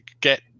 get